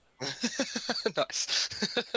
nice